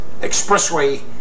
Expressway